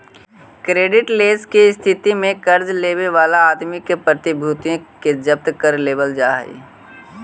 creditless के स्थिति में कर्ज लेवे वाला आदमी के प्रतिभूतिया के जब्त कर लेवल जा हई